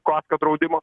kasko draudimo